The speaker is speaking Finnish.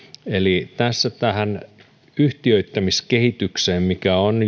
eli tässä nostetaan esille tämä yhtiöittämiskehitys mikä on